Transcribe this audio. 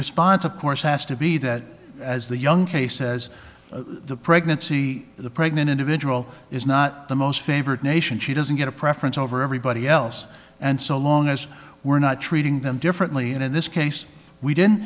response of course has to be that as the young case says the pregnancy the pregnant individual is not the most favored nation she doesn't get a preference over everybody else and so long as we're not treating them differently and in this case we didn't